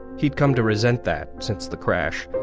he'd come to resent that. since the crash,